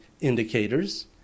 indicators